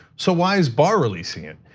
so why is barr releasing it?